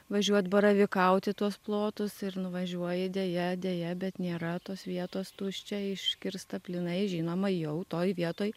važiuot baravykaut į tuos plotus ir nuvažiuoji deja deja bet nėra tos vietos tuščia iškirsta plynai žinoma jau toj vietoj